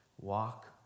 walk